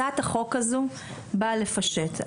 הצעת החוק הזו באה לפשט.